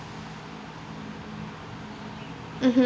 mmhmm